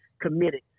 committed